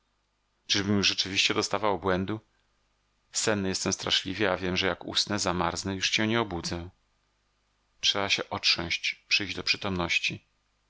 już rzeczywiście dostawał obłędu senny jestem straszliwie a wiem że jak usnę zmarznę i już się nie obudzę trzeba się otrząść przyjść do przytomności